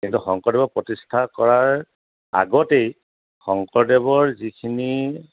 কিন্তু শংকৰদেৱৰ প্ৰতিষ্ঠা কৰাৰ আগতেই শংকৰদেৱৰ যিখিনি